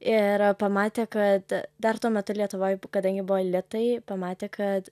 ir pamatė kad dar tuo metu lietuvoj kadangi buvo litai pamatė kad